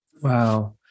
Wow